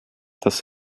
dass